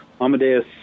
amadeus